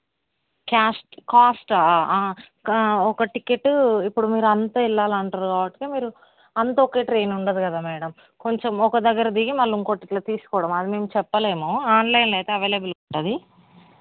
క్యాస్ట కాస్టా ఒక టికెట్టు ఇప్పుడు మీరంతా ఎళ్ళాలంటుర్రు కాబట్టి మీరు అంతా ఓకే ట్రైన్ ఉండదు కదా మ్యాడమ్ కొంచెం ఒక దగ్గర దిగి మళ్ళీ ఇంకొకటి ఇట్లా తీసుకోవడం అది మేము చెప్పలేము ఆన్లైన్లో అయితే అవైలబుల్గా ఉంటుంది